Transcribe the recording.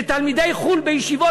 שתלמידי חו"ל בישיבות,